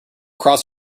cross